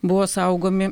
buvo saugomi